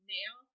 Nail